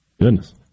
Goodness